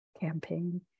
campaign